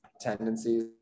tendencies